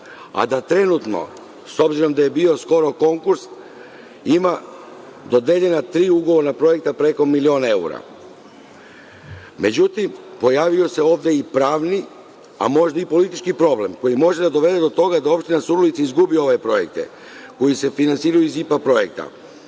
a da trenutno, s obzirom da je bio skoro konkurs, ima dodeljena tri ugovorna projekta preko milion evra. Međutim, pojavio se ovde i pravni, a možda i politički problem koji može da dovede do toga da opština Surdulica izgubi ove projekte koji se finansiraju iz IPA projekta. Problem